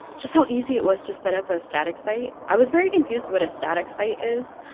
just how easy it was to set up a static site. i was very confused what a static site is,